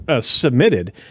submitted